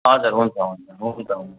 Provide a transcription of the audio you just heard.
हजुर हुन्छ हुन्छ हुन्छ हुन्छ